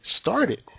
started